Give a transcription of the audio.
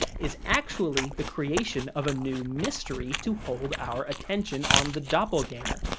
is actually the creation of a new mystery to hold our attention on the doppelganger.